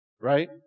Right